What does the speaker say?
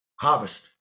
harvest